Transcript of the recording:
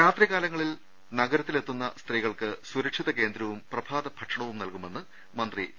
രാത്രികാലങ്ങളിൽ നഗരത്തിലെത്തുന്ന സ്ത്രീകൾക്ക് സുരക്ഷിത കേന്ദ്രവും പ്രഭാത ഭക്ഷണവും നൽകുമെന്ന് മന്ത്രി ടി